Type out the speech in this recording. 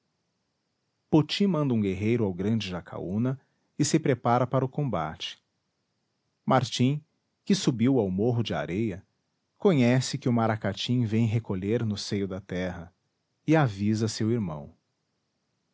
poti manda um guerreiro ao grande jacaúna e se prepara para o combate martim que subiu ao morro de areia conhece que o maracatim vem recolher no seio da terra e avisa seu irmão